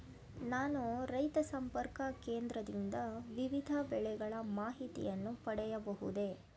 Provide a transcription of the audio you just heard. ನಾನು ರೈತ ಸಂಪರ್ಕ ಕೇಂದ್ರದಿಂದ ವಿವಿಧ ಬೆಳೆಗಳ ಮಾಹಿತಿಯನ್ನು ಪಡೆಯಬಹುದೇ?